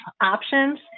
options